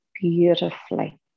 beautifully